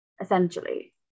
essentially